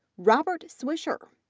robert swisher,